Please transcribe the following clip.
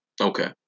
Okay